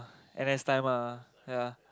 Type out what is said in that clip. N_S time ah ya